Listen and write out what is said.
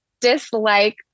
dislike